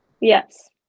yes